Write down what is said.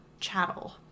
chattel